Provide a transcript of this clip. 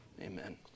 amen